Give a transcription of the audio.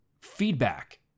feedback